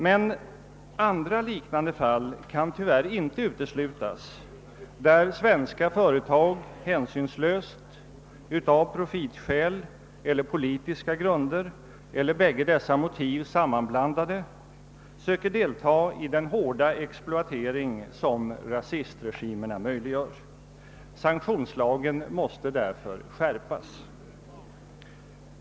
Men andra liknande fall kan tyvärr inte uteslutas där svenska företag hänsynslöst, av profitskäl eller på politiska grunder eller med bägge dessa motiv sammanblandade, söker delta i den hårda exploatering som rasistregimerna möjliggör. Sanktionslagen måste därför skärpas.